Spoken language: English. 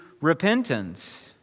repentance